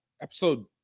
episode